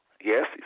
Yes